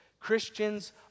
Christians